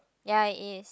ya it is